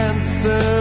Answer